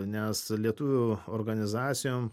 nes lietuvių organizacijom